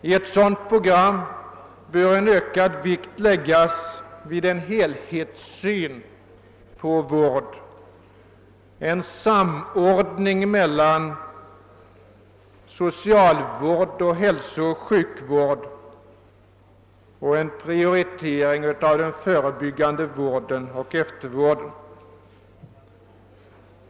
I ett sådant program bör en ökad vikt läggas vid en helhetssyn på vårdfrågorna och på en samordning mellan socialvård och hälsooch sjukvård samt en prioritering göras av förebyggande vård och eftervård.